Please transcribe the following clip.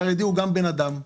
חרדי הוא גם בן אדם.